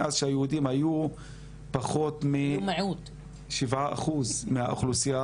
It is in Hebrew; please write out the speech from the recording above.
מאז שהיהודים היו פחות משבעה אחוזים מהאוכלוסייה